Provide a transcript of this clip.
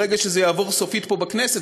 ברגע שזה יעבור סופית פה בכנסת,